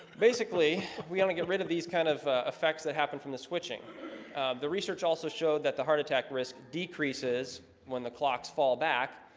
basically, we only get rid of these kind of effects that happen from the switching the research also showed that the heart attack risk decreases when the clocks fall back,